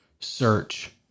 search